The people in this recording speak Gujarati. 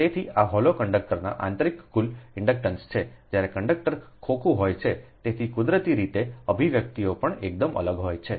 તેથી આ હોલો કંડક્ટરના આંતરિક કુલ ઇન્ડક્ટન્સને છે જ્યારે કંડક્ટર ખોખું હોય છે તેથી કુદરતી રીતે અભિવ્યક્તિઓ પણ એકદમ અલગ હોય છે